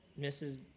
Mrs